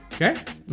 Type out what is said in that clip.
Okay